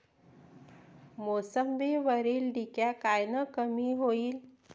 मोसंबीवरील डिक्या कायनं कमी होईल?